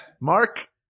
Mark